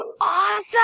awesome